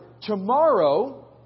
Tomorrow